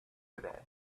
today